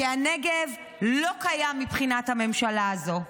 כי הנגב לא קיים מבחינת הממשלה הזו.